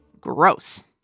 Gross